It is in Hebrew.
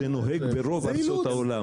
זה נוהג ברוב ארצות העולם.